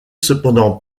cependant